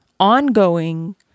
Ongoing